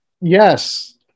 Yes